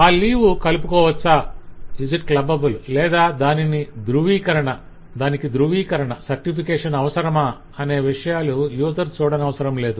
ఆ leave 'clubbable' కలుపుకోవచ్చా లేదా దానికి ధృవీకరణ అవసరమా అనే విషయాలు యూసర్ చూడనవసరం లేదు